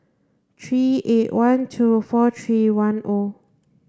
three eight one two four three one O